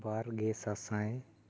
ᱵᱟᱨᱜᱮ ᱥᱟᱥᱟᱭ